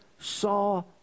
saw